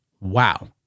Wow